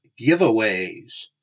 giveaways